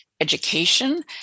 education